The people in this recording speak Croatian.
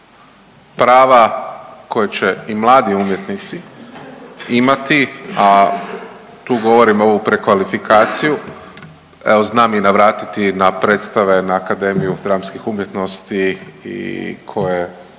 prava koje će i mladi umjetnici imati, a tu govorim ovu prekvalifikaciju, evo znam i navratiti i na predstave na Akademiju dramskih umjetnosti i koje